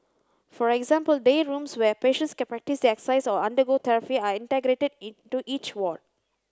for example day rooms where patients can practise their exercise or undergo therapy are integrated into each ward